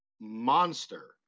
monster